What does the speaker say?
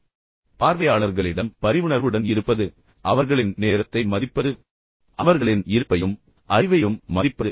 அடுத்த முக்கியமான விஷயம் பார்வையாளர்களிடம் பரிவுணர்வுடன் இருப்பது அவர்களின் நேரத்தை மதிப்பது அவர்களின் இருப்பை மதிப்பது அவர்களின் அறிவையும் மதிப்பது